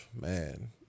man